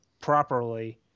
properly